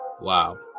Wow